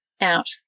out